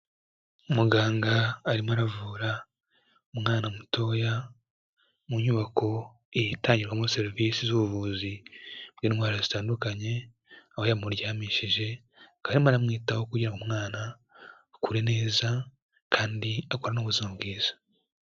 Muganga arimo aravura umwana mutoya mu nyubako itangirwamo serivisi z'ubuvuzi bw'indwara zitandukanye, aho yamuryamishije, akaba arimo aramwitaho kugira ngo umwana akure neza kandi akurane ubuzima bwiza.